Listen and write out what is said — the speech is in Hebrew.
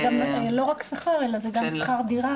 זה גם לא רק שכר, זה גם שכר דירה.